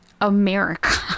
America